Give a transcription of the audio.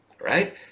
right